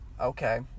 Okay